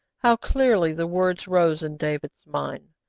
how clearly the words rose in david's mind,